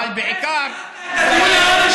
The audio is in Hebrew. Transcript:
חבל על הזמן.